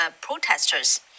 protesters